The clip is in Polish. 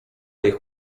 ich